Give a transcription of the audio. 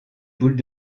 boules